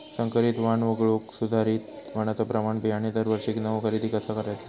संकरित वाण वगळुक सुधारित वाणाचो प्रमाण बियाणे दरवर्षीक नवो खरेदी कसा करायचो?